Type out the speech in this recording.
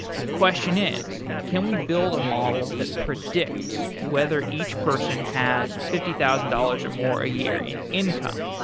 the question is can we build a model that predicts whether each person has fifty thousand dollars or more a year in income?